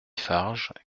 farges